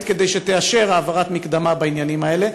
כדי שתאשר העברת מקדמה בעניינים האלה?